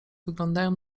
wyglądają